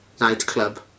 nightclub